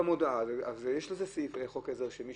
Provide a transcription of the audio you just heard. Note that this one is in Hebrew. יש סעיף בחוק העזר למי